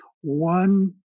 one